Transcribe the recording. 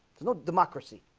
it's not democracy